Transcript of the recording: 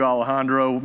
Alejandro